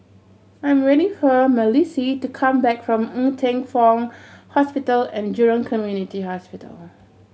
I am waiting for Malissie to come back from Ng Teng Fong Hospital And Jurong Community Hospital